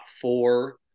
four